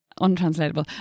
untranslatable